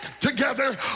together